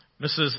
Mrs